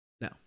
no